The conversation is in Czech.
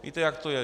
Víte, jak to je.